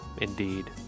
indeed